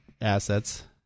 assets